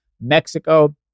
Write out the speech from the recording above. Mexico